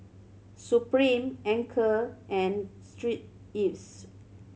Supreme Anchor and Street Ives